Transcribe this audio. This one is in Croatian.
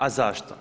A zašto?